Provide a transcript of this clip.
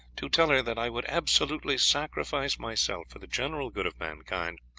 to tell her that i would absolutely sacrifice myself for the general good of mankind,